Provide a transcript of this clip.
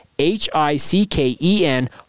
H-I-C-K-E-N